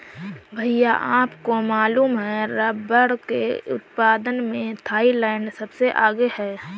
भैया आपको मालूम है रब्बर के उत्पादन में थाईलैंड सबसे आगे हैं